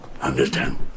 Understand